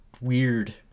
weird